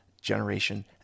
Generation